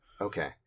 Okay